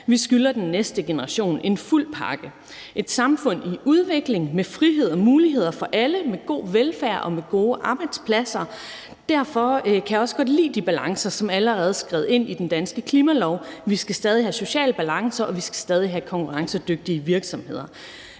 Vi skylder den næste generation en fuld pakke – et samfund med frihed og muligheder for alle, med god velfærd og med gode arbejdspladser. Derfor kan jeg også godt lide de balancer, som allerede er skrevet ind i den danske klimalov. Vi skal stadig væk have social balance, og vi skal stadig have konkurrencedygtige virksomheder.